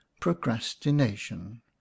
procrastination